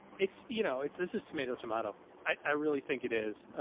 it's you know, it's, this is tomato, tomato. i really think it is.